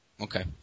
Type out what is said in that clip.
Okay